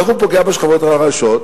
איך הוא פוגע בשכבות החלשות?